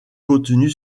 contenu